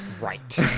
Right